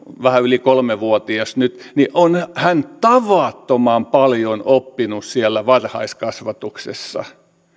vähän yli kolme vuotias nyt ja hän on tavattoman paljon oppinut siellä varhaiskasvatuksessa